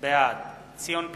בעד ציון פיניאן,